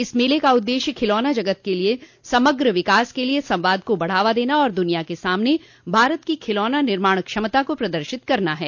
इस मेले का उद्देश्य खिलौना उद्योग के समग्र विकास के लिए संवाद को बढ़ावा देना और दुनिया के सामने भारत की खिलौना निर्माण क्षमता को प्रदर्शित करना है